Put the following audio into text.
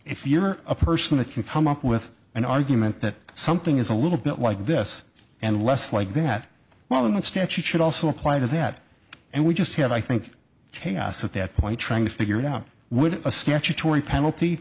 if you are a person that can come up with an argument that something is a little bit like this and less like that well then that statute should also apply that and we just had i think chaos at that point trying to figure it out would a statutory penalty